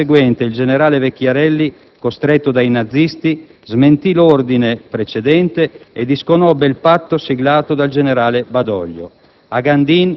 Ma la sera seguente il generale Vecchiarelli, costretto dai nazisti, smentì l'ordine precedente e disconobbe il patto siglato dal generale Badoglio.